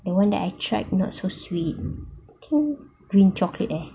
the one that I tried not so sweet I think green chocolate eh